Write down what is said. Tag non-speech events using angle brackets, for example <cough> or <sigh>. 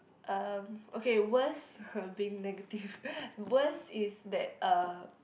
um okay worst <breath> being negative <laughs> worst is that uh